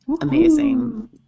Amazing